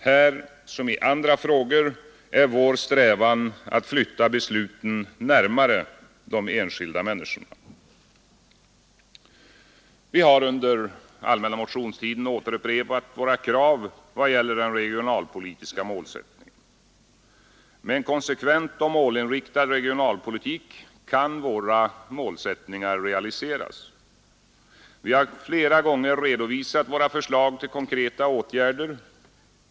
Här som i andra frågor är vår strävan att flytta besluten närmare de enskilda människorna. Vi har under allmänna motionstiden återupprepat våra krav i vad gäller den regionalpolitiska målsättningen. Med en konsekvent och målinriktad regionalpolitik kan våra målsättningar realiseras. Vi har flera gånger redovisat våra förslag till konkreta åtgärder.